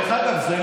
דרך אגב,